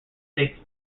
states